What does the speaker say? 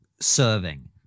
serving